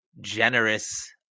generous